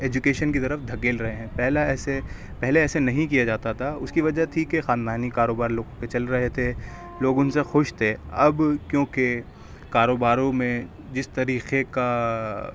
education کی طرف دھکیل رہے ہیں پہلا ایسے پہلے ایسے نہیں کیا جاتا تھا اُس کی وجہ تھی کہ خاندانی کاروبار لوگ پہ چل رہے تھے لوگ اُن سے خوش تھے اب کیوںکہ کاروباروں میں جس طریقے کا